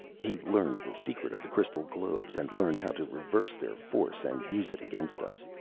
he learned the secret of the crystal globes, and learned how to reverse their force and use it against us.